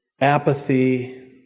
apathy